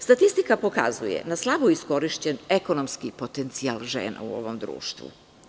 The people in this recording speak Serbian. Statistika pokazuje na slabo iskorišćen ekonomski potencijal žena u ovom društvu.